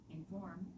Inform